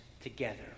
together